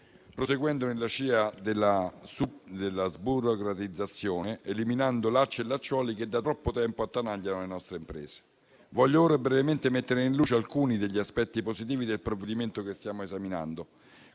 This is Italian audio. proseguendo nella scia della sburocratizzazione, eliminando lacci e lacciuoli che da troppo tempo attanagliano le nostre imprese. Voglio ora brevemente mettere in luce alcuni degli aspetti positivi del provvedimento che stiamo esaminando.